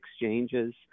exchanges